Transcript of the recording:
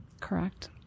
Correct